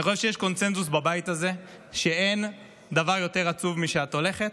אני חושב שיש קונסנזוס בבית הזה: אין דבר יותר עצוב מזה שאת הולכת,